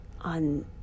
on